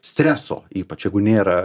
streso ypač jeigu nėra